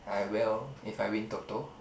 I will if I win Toto